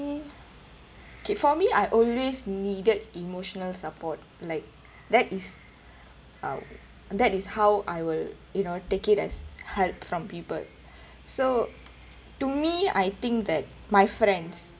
kay for me I always needed emotional support like that is uh that is how I will you know take it as help from people so to me I think that my friends